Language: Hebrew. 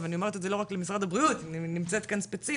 אני אומרת את זה לא רק למשרד הבריאות שנמצאת כאן ספציפית,